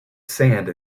sand